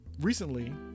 Recently